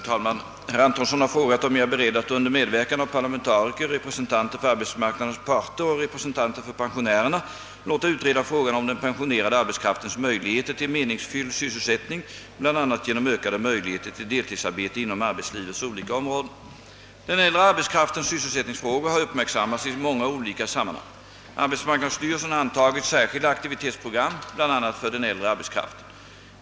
Herr talman! Herr Antonsson har frågat, om jag är beredd att under medverkan av parlamentariker, representanter för arbetsmarknadens parter och representanter för pensionärerna låta utreda frågan om den pensionerade arbetskraftens möjligheter till meningsfylld sysselsättning, bl.a. genom ökade möjligheter till deltidsarbeten inom arbetslivets olika områden. Den äldre arbetskraftens sysselsättningsfrågor har uppmärksammats i många olika sammanhang. Arbetsmarknadsstyrelsen har antagit särskilda aktivitetsprogram, bl.a. för den äldre arbetskraften.